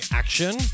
action